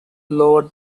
lower